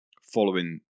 following